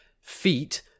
feet